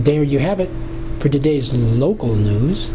there you have it pretty days in the local